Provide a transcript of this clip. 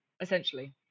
essentially